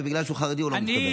ובגלל שהוא חרדי הוא לא מתקבל.